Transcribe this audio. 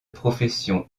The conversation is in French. profession